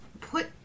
Put